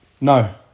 No